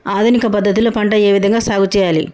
ఆధునిక పద్ధతి లో పంట ఏ విధంగా సాగు చేయాలి?